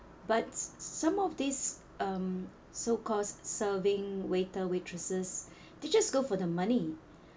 but some of these um so called serving waiter waitresses they just go for the money